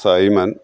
simon